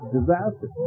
Disaster